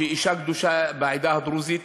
אישה קדושה בעדה הדרוזית